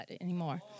anymore